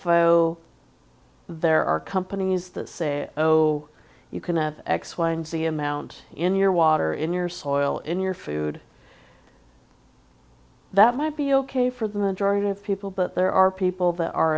so there are companies that say so you can have x y and z amount in your water in your soil in your food that might be ok for the majority of people but there are people that are